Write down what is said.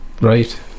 right